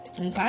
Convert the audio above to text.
Okay